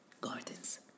Gardens